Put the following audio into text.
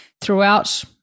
throughout